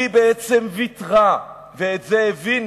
היא בעצם ויתרה, ואת זה הבין